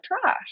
trash